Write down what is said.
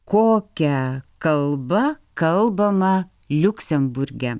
kokia kalba kalbama liuksemburge